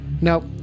Nope